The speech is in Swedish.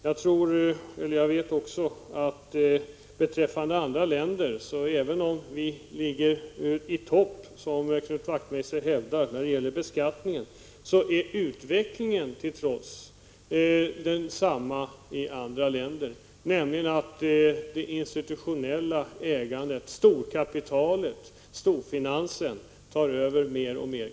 Jag vet vidare att i andra länder är utvecklingen — även om vi, som Knut Wachtmeister hävdar, ligger i topp när det gäller beskattningen — densamma, nämligen att det institutionella ägandet, storkapitalet, storfinansen, tar över mer och mer.